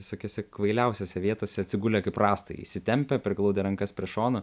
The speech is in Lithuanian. visokiose kvailiausiose vietose atsigulę kaip rąstai įsitempę priglaudę rankas prie šono